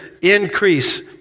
increase